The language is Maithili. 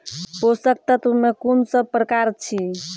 पोसक तत्व मे कून सब प्रकार अछि?